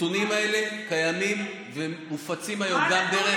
הנתונים האלה קיימים ומופצים היום גם דרך,